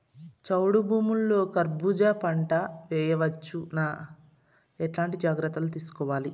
చౌడు భూముల్లో కర్బూజ పంట వేయవచ్చు నా? ఎట్లాంటి జాగ్రత్తలు తీసుకోవాలి?